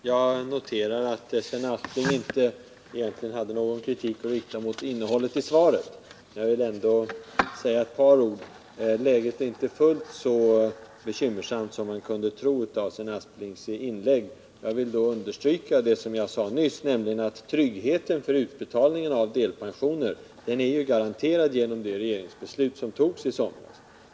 Herr talman! Jag noterar att Sven Aspling egentligen inte hade någon kritik att rikta mot innehållet i svaret. Jag vill ändå säga ett par ord. Läget är inte fullt så bekymmersamt som man kunde tro efter att ha lyssnat till Sven Asplings inlägg. Jag vill understryka det som jag sade tidigare, nämligen att tryggheten för utbetalningen av delpensioner är ju garanterad genom det regeringsbeslut som fattades i somras.